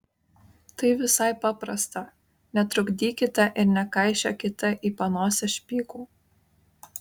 tai visai paprasta netrukdykite ir nekaišiokite į panosę špygų